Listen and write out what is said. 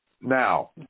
now